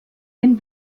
den